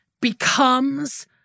becomes